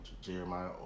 Jeremiah